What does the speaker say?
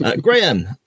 Graham